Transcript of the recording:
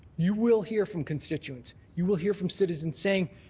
you will hear from constituents. you will hear from citizens saying